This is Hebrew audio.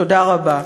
תודה רבה.